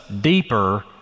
deeper